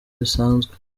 bisanzwe